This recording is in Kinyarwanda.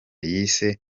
yise